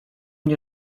nie